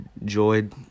enjoyed